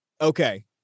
Okay